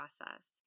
process